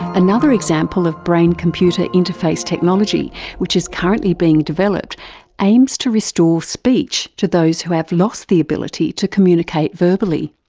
another example of brain-computer interface technology which is currently being developed aims to restore speech to those who have lost the ability to communicate verbally.